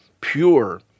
pure